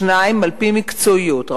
2. על-פי מקצועיות,